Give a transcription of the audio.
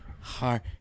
Heart